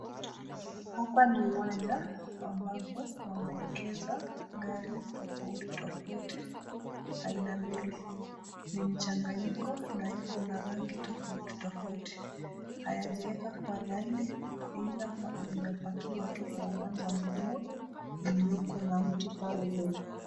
Hapa ni uwanja ambapo wameegesha gari tofauti tofauti aina mengi, ni mchanganyiko na iko na rangi tofauti tofauti hayajawekwa kwa laini ila zimepakiwa tu kwa uwanja mkubwa iliyoko na miti pale mbele.